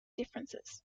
differences